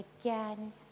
again